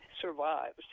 survived